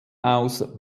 aus